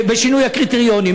בשינוי הקריטריונים,